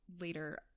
later